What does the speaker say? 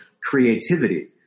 creativity